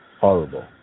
horrible